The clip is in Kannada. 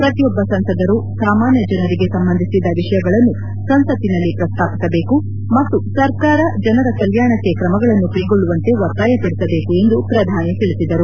ಪ್ರತಿಯೊಬ್ಬ ಸಂಸದರು ಸಾಮಾನ್ಯ ಜನರಿಗೆ ಸಂಬಂಧಿಸಿದ ವಿಷಯಗಳನ್ನು ಸಂಸತ್ತಿನಲ್ಲಿ ಪ್ರಸ್ತಾಪಿಸಬೇಕು ಮತ್ತು ಸರ್ಕಾರ ಜನರ ಕಲ್ಯಾಣಕ್ಕೆ ಕ್ರಮಗಳನ್ನು ಕೈಗೊಳ್ಳುವಂತೆ ಒತ್ತಾಯಪದಿಸಬೇಕು ಎಂದು ಪ್ರಧಾನಿ ತಿಳಿಸಿದರು